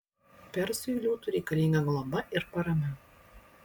persui liūtui reikalinga globa ir parama